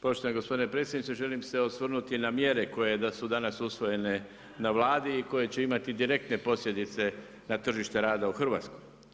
Poštovani gospodine potpredsjedniče, želim se osvrnuti mjere koje su danas usvojene na Vladi i koje će imati direktne posljedice na tržište rada u Hrvatskoj.